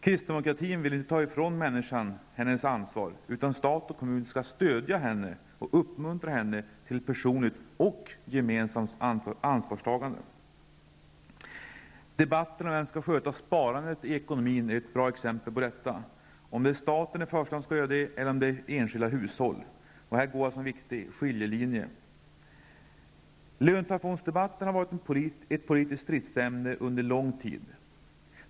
Kristdemokratin vill inte ta ifrån människan hennes ansvar, utan stat och kommun skall stödja och uppmuntra henne till ett personligt och gemensamt ansvarstagande. Debatten om vem som skall sköta sparandet i ekonomin är ett bra exempel på detta. Frågan är om det är staten som i första hand skall göra det eller om det är enskilda hushåll. Här går alltså en viktig skiljelinje. Löntagarfondsdebatten har varit ett politiskt stridsämne under lång tid.